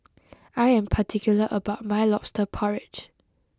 I am particular about my Lobster Porridge